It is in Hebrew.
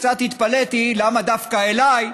קצת התפלאתי למה דווקא אליי,